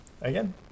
Again